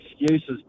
excuses